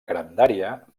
grandària